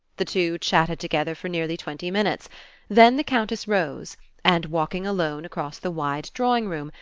the two chatted together for nearly twenty minutes then the countess rose and, walking alone across the wide drawing-room,